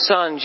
Son